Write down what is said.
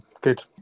good